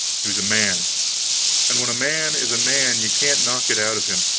he was a man and when a man is a man, you can't knock it out of him.